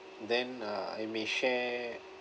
then uh I may share